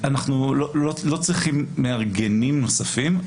אנחנו לא צריכים מארגנים נוספים,